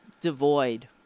devoid